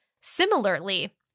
Similarly